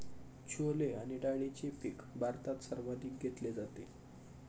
छोले आणि डाळीचे पीक भारतात सर्वाधिक घेतले जाते